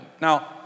Now